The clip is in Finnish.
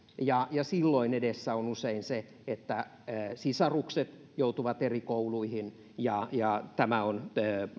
ja silloin edessä on usein se että sisarukset joutuvat eri kouluihin tämä on